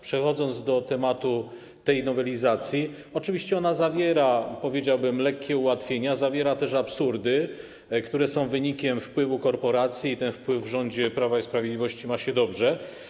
Przechodząc do tematu tej nowelizacji, chcę powiedzieć, iż oczywiście ona zawiera, powiedziałbym, lekkie ułatwienia, zawiera też absurdy, które są wynikiem wpływu korporacji, a ten wpływ na rząd Prawa i Sprawiedliwości ma się dobrze.